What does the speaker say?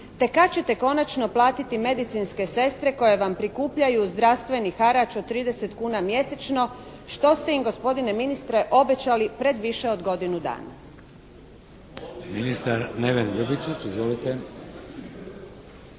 te kad ćete konačno platiti medicinske sestre koje vam prikupljaju zdravstveni harač od 30 kuna mjesečno što ste im gospodine ministre obećali pred više od godinu dana. **Šeks, Vladimir